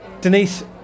Denise